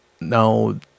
Now